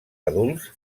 adults